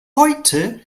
heute